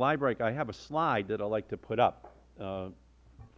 liebreich i have a slide that i would like to put up